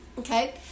Okay